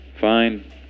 Fine